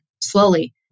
slowly